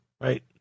right